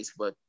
Facebook